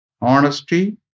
honesty